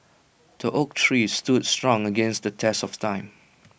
the oak tree stood strong against the test of time